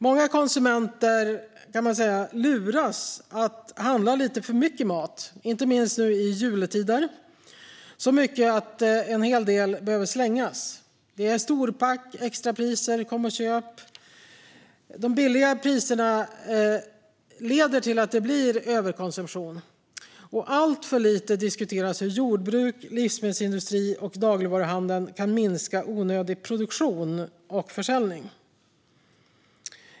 Många konsumenter luras, kan man säga, att handla lite för mycket mat, inte minst nu i jultider - så mycket att en hel del behöver slängas. Det är storpack, extrapriser och kom-och-köp. De låga priserna leder till överkonsumtion. Det diskuteras alltför lite hur jordbruk, livsmedelsindustri och dagligvaruhandel kan minska onödig produktion och försäljning.